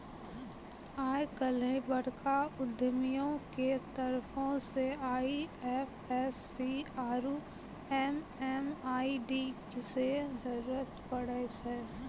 आइ काल्हि बड़का उद्यमियो के तरफो से आई.एफ.एस.सी आरु एम.एम.आई.डी के जरुरत पड़ै छै